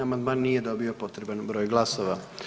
Amandman nije dobio potreban broj glasova.